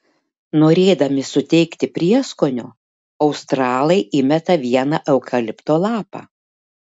norėdami suteikti prieskonio australai įmeta vieną eukalipto lapą